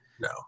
No